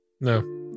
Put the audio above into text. No